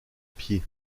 pied